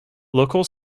local